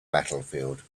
battlefield